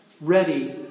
ready